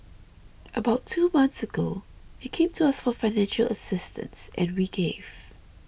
about two months ago he came to us for financial assistance and we gave